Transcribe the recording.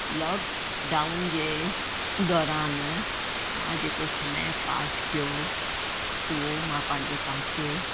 lockdown जे दौरान मां जेको समय पास कयो उहो मां पंहिंजो तव्हांखे